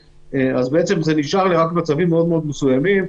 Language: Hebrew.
בעצם זה נשאר רק למצבים מאוד מאוד מסוימים,